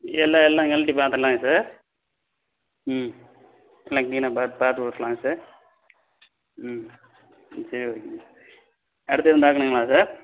எல்லாம் எல்லாம் கழட்டி பார்த்தர்லாங்க சார் ம் எல்லாம் க்ளீனாக பார்த்து பார்த்து கொடுத்துட்லாங்க சார் ம் சரி ஓகேங்க சார் அடுத்து எதுவும் பார்க்கணுங்களா சார்